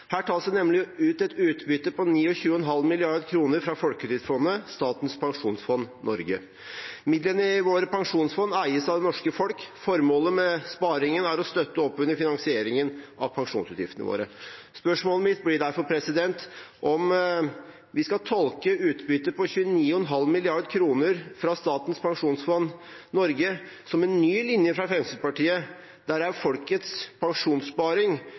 Her tas det nemlig ut et utbytte på 29,5 mrd. kr fra Folketrygdfondet, Statens pensjonsfond Norge. Midlene i våre pensjonsfond eies av det norske folket. Formålet med sparingen er å støtte opp under finansieringen av pensjonsutgiftene våre. Spørsmålet mitt blir derfor om vi skal tolke utbyttet på 29,5 mrd. kr fra Statens pensjonsfond Norge som en ny linje fra Fremskrittspartiet, der det er folkets pensjonssparing